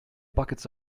buckets